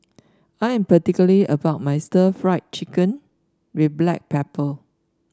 I am particular about my Stir Fried Chicken with Black Pepper